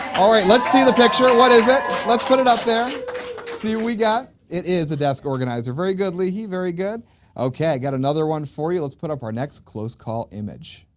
alright let's see the picture what is it let's put it up there see we got. it is a desk organizer very good leehee, very good okay got another one for you. let's put up our next close call image.